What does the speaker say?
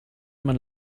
man